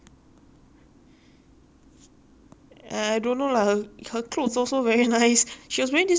I I don't know lah her her clothes also very nice she was wearing this dress from Editor's Market that day right